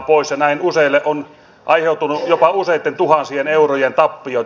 näin useille on aiheutunut jopa useitten tuhansien eurojen tappiot